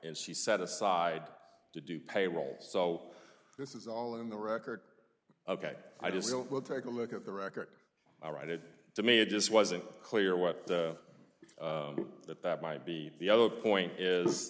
and she set aside to do payroll so this is all in the record ok i just don't well take a look at the record i write it to me it just wasn't clear what that that might be the other point is